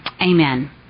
amen